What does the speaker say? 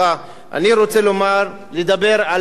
אני רוצה לדבר על תום הלב.